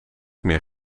meer